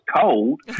cold